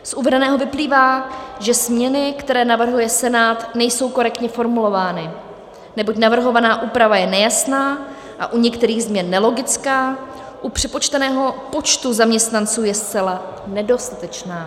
Z uvedeného vyplývá, že změny, které navrhuje Senát, nejsou korektně formulovány, neboť navrhovaná úprava je nejasná a u některých změn nelogická, u přepočteného počtu zaměstnanců je zcela nedostatečná.